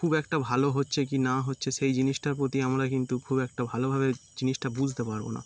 খুব একটা ভালো হচ্ছে কি না হচ্ছে সেই জিনিসটার প্রতি আমরা কিন্তু খুব একটা ভালোভাবে জিনিসটা বুজতে পারবো না